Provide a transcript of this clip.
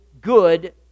good